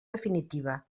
definitiva